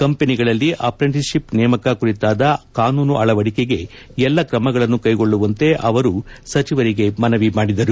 ಕಂಪನಿಗಳಲ್ಲಿ ಅಪ್ರೆಂಟಿಶಿಸ್ ಡಿಪ್ ನೇಮಕ ಕುರಿತಾದ ಕಾನೂನು ಅಳವಡಿಕೆಗೆ ಎಲ್ಲ ಕ್ರಮಗಳನ್ನು ಕೈಗೊಳ್ಳುವಂತೆ ಅವರು ಸಚಿವರಿಗೆ ಮನವಿ ಮಾಡಿದರು